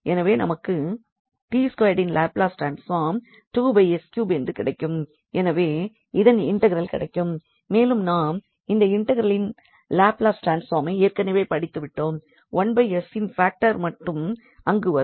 எனவே நமக்கு 𝑡2இன் லாப்லஸ் ட்ரான்ஸ்பார்ம் என்று கிடைக்கும் எனவே இதன் இன்டெக்ரல் கிடைக்கும் மேலும் நாம் இந்த இன்டெக்ரலின் லாப்லஸ் ட்ரான்ஸ்பார்மை ஏற்கனவே படித்துவிட்டோம் 1s இன் ஃபாக்டர் மட்டும் அங்கு வரும்